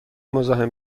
مزاحم